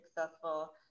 successful